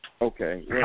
Okay